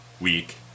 week